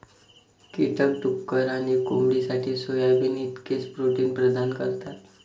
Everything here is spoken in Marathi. कीटक डुक्कर आणि कोंबडीसाठी सोयाबीन इतकेच प्रोटीन प्रदान करतात